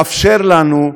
ואפשר לנו,